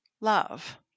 love